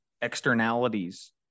externalities